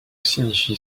signifie